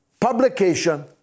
publication